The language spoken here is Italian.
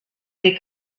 dei